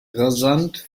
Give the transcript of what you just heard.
rasant